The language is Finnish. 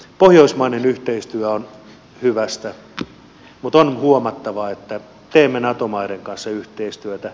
pohjoismainen yhteistyö on hyvästä mutta on huomattava että teemme nato maiden kanssa yhteistyötä